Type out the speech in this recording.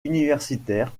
universitaire